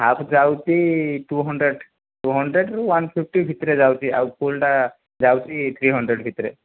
half ଯାଉଛି two hundred two hundred ରୁ one fifty ଭିତରେ ଯାଉଛି ଆଉ ଫୁଲଟା ଯାଉଛି ଥ୍ରୀହଣ୍ଡ୍ରେଡ଼ ଭିତରେ